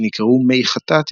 שנקראו מי חטאת,